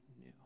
new